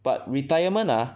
but retirement ah